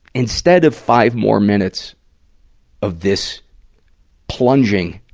instead of five more minutes of this plunging